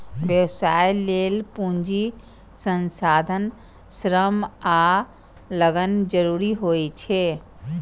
व्यवसाय लेल पूंजी, संसाधन, श्रम आ लगन जरूरी होइ छै